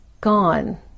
gone